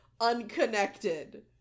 Unconnected